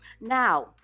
Now